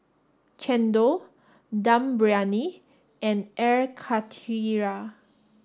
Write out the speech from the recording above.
Chendol Dum Briyani and Air Karthira